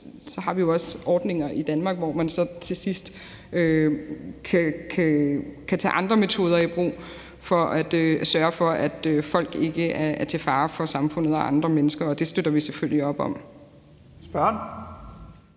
har vi jo også ordninger i Danmark, hvor man så til sidst kan tage andre metoder i brug for at sørge for, at folk ikke er til fare for samfundet og andre mennesker, og det støtter vi selvfølgelig op om.